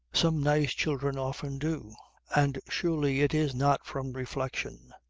some nice children often do and surely it is not from reflection.